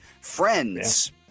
Friends